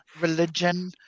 religion